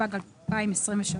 התשפ"ג-2023